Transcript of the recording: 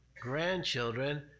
grandchildren